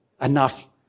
enough